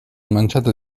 manciata